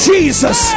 Jesus